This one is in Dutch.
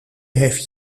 heeft